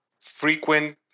frequent